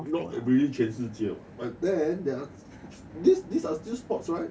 not really 全世界 but then these are still sports right